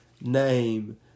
name